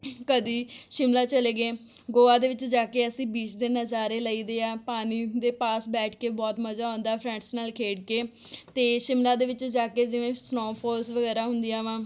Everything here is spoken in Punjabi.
ਕਦੀ ਸ਼ਿਮਲਾ ਚੱਲ ਗਏ ਗੋਆ ਦੇ ਵਿੱਚ ਜਾ ਕੇ ਅਸੀਂ ਬੀਚ ਦੇ ਨਜ਼ਾਰੇ ਲਈ ਦੇ ਆ ਪਾਣੀ ਦੇ ਪਾਸ ਬੈਠ ਕੇ ਬਹੁਤ ਮਜ਼ਾ ਆਉਂਦਾ ਫਰੈਂਡਸ ਨਾਲ ਖੇਡ ਕੇ ਅਤੇ ਸ਼ਿਮਲਾ ਦੇ ਵਿੱਚ ਜਾ ਕੇ ਜਿਵੇਂ ਸਨੋਅ ਫੌਲਸ ਵਗੈਰਾ ਹੁੰਦੀਆਂ ਵਾ